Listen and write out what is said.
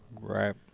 Right